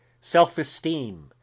self-esteem